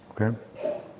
Okay